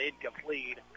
incomplete